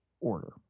order